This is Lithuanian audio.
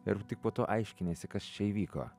ir tik po to aiškiniesi kas čia įvyko